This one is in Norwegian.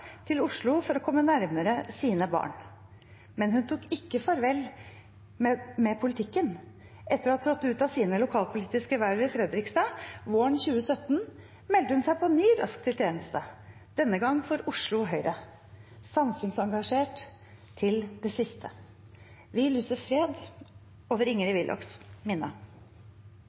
til Oslo for å komme nærmere sine barn. Men hun tok ikke farvel med politikken. Etter å ha trådt ut av sine lokalpolitiske verv i Fredrikstad våren 2017 meldte hun seg på ny raskt til tjeneste, denne gang for Oslo Høyre, samfunnsengasjert til det siste. Vi lyser fred over Ingrid Willochs minne.